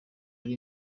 ari